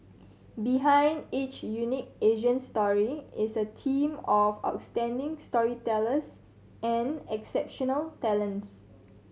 behind each unique Asian story is a team of outstanding storytellers and exceptional talents